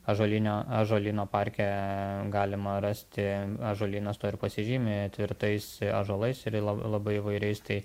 ąžuolinio ąžuolyno parke galima rasti ąžuolynas tuo ir pasižymi tvirtais ąžuolais ir la labai įvairiais tai